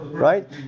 right